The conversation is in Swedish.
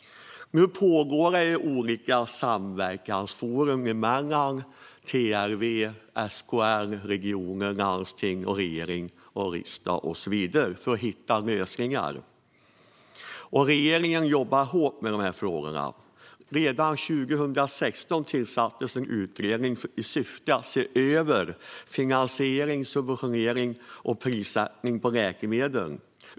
Nu pågår olika samverkansforum mellan TLV, SKL, regioner, landsting, regering, riksdag och så vidare för att hitta lösningar. Regeringen jobbar hårt med dessa frågor. Redan 2016 tillsattes en utredning i syfte att se över finansiering, subventionering och prissättning av läkemedel.